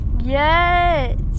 yes